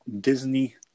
Disney